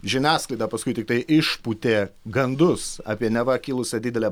žiniasklaida paskui tiktai išpūtė gandus apie neva kilusią didelę